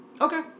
Okay